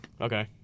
Okay